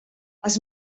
els